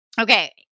Okay